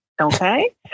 Okay